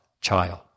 child